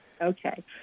Okay